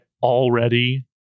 already